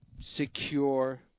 secure